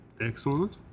Excellent